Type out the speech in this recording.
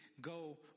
go